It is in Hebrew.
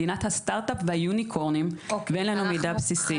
מדינת הסטרטאפ וחדי הקרן ואין לנו מידע בסיסי.